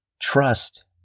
Trust